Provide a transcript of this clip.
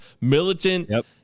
militant